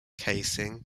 casing